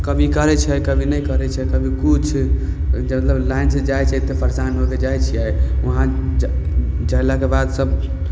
कभी करै छै कभी नहि करै छै कभी किछु मतलब लाइन सऽ जाइ छै तऽ परेशान होके जाइ छियै वहाँ जयलाक बाद सब